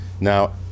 Now